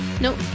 Nope